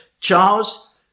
Charles